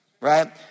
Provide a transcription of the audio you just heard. Right